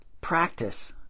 practice